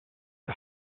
the